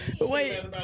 Wait